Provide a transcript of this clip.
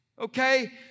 Okay